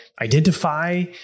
identify